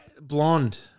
Blonde